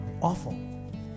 awful